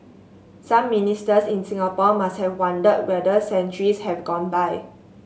some Ministers in Singapore must have wondered whether centuries have gone by